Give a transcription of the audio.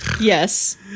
Yes